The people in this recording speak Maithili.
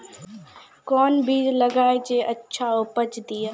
कोंन बीज लगैय जे अच्छा उपज दिये?